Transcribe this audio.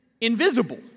invisible